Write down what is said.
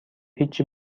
هیچی